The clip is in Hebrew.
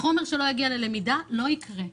חומר שלא יגיע אלינו ללמידה לא יקרה.